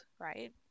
right